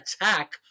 attack